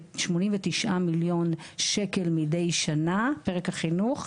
89 מיליון שקל מדי שנה פרק החינוך,